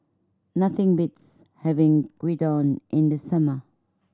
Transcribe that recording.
nothing beats having Gyudon in the summer